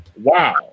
wow